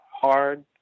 hard